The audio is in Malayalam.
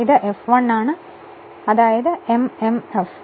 ഇത് എഫ് വൺ ആണ് അതായത് എംഎംഎഫ്